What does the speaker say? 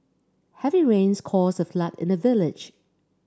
heavy rains caused a flood in the village